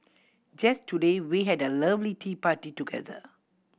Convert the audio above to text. just today we had a lovely tea party together